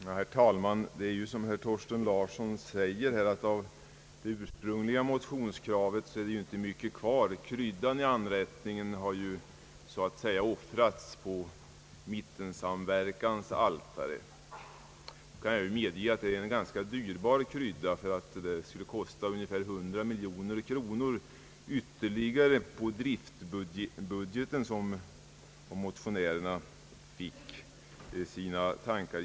Herr talman! Det är riktigt som herr Thorsten Larsson framhåller att det inte är mycket kvar av det ursprungliga motionskravet. Kryddan i anrättningen har offrats på mittensamverkans altare. Jag kan medge att det är fråga om en ganska dyrbar krydda — det skulle nämligen kosta ytterligare ungefär 100 miljoner kronor på driftbudgeten att genomföra motionärernas tankar.